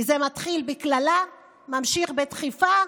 כי זה מתחיל בקללה וממשיך בדחיפה,